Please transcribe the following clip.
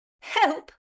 Help